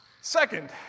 Second